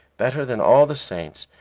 better than all the saints,